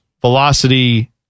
velocity